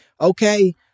Okay